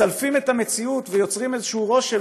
מסלפים את המציאות ויוצרים איזה רושם,